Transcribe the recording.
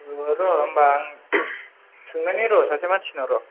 र' होनबा सोंनायनि आं सासे मानसिनाव र'